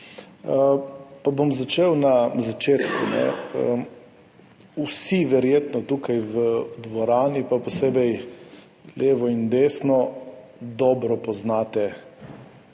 Bom začel na začetku. Verjetno vsi tukaj v dvorani, pa posebej levo in desno, dobro poznate,